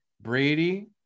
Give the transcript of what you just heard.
Brady